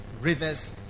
rivers